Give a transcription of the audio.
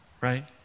right